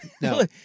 No